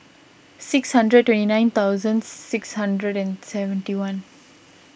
six hundred twenty nine thousand six hundred and seventy one